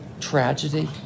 tragedy